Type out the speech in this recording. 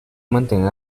mantener